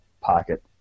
pocket